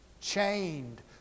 chained